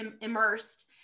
immersed